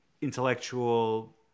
intellectual